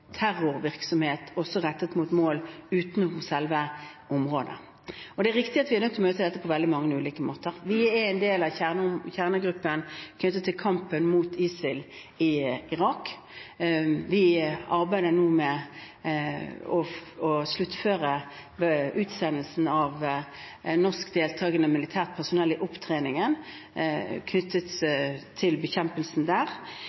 terrorvirksomhet også rettet mot mål utenom selve området. Det er riktig at vi er nødt til å møte dette på veldig mange ulike måter. Vi er en del av kjernegruppen knyttet til kampen mot ISIL i Irak. Vi arbeider nå med å sluttføre utsendelsen av norsk deltagende militært personell i opptreningen knyttet til bekjempelsen der.